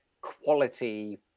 quality